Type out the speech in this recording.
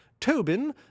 Tobin